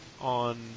on